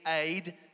aid